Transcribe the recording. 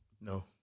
No